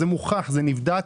זה מוכח ונבדק.